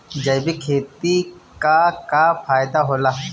जैविक खेती क का फायदा होला?